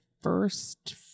first